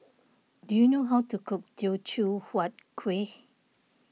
do you know how to cook Teochew Huat Kueh